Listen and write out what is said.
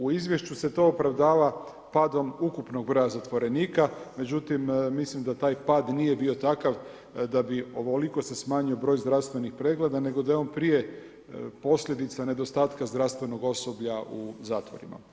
U izvješću se to opravda padom ukupnog broja zatvorenika, međutim, mislim da taj pad nije bio takav da bi ovoliko se smanjio broj zdravstvenih pregleda, nego da je on prije posljedica nedostatka zdravstvenog osoba u zatvorima.